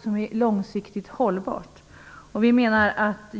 som är långsiktigt hållbart.